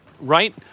Right